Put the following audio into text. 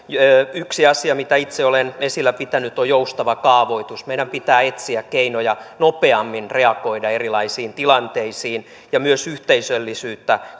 yksi asia mitä itse olen esillä pitänyt on joustava kaavoitus meidän pitää etsiä keinoja nopeammin reagoida erilaisiin tilanteisiin ja myös yhteisöllisyyttä